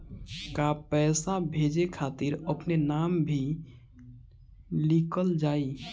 का पैसा भेजे खातिर अपने नाम भी लिकल जाइ?